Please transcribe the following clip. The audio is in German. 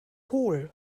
hohl